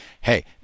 hey